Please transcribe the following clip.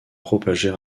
propager